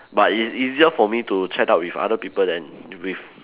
but it's easier for me to chat up with other people than with